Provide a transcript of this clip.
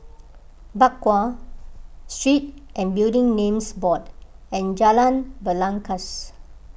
Bakau Street and Building Names Board and Jalan Belangkas